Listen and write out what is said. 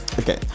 okay